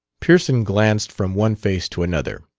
pearson glanced from one face to another.